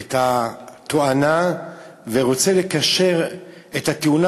את התואנה ורוצה לקשר את התאונה,